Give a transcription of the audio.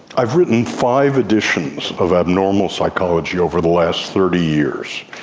i have written five editions of abnormal psychology over the last thirty years,